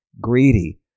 greedy